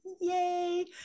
Yay